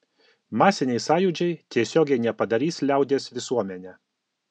masiniai sąjūdžiai tiesiogiai nepadarys liaudies visuomene